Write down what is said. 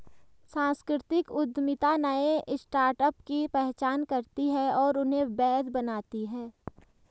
सांस्कृतिक उद्यमिता नए स्टार्टअप की पहचान करती है और उन्हें वैध बनाती है